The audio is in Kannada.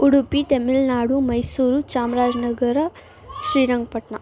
ಉಡುಪಿ ತಮಿಳುನಾಡು ಮೈಸೂರು ಚಾಮರಾಜ್ನಗರ ಶ್ರೀರಂಗಪಟ್ಣ